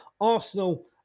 arsenal